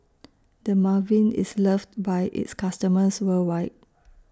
Dermaveen IS loved By its customers worldwide